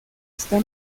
está